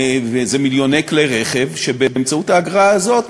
אדוני היושב-ראש,